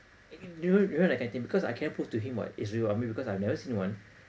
you know you know that kind of thing because I cannot prove to him [what] it's real I mean because I've never seen one